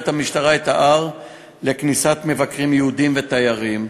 המשטרה את ההר לכניסת מבקרים יהודים ותיירים.